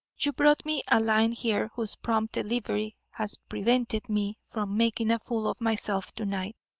you brought me a line here whose prompt delivery has prevented me from making a fool of myself to-night.